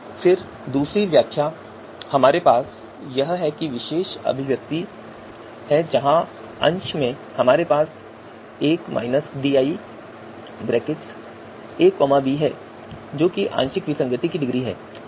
फिर दूसरी व्याख्या में हमारे पास यह विशेष अभिव्यक्ति है जहां अंश में हमारे पास 1 diab है जो आंशिक विसंगति की डिग्री है